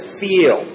feel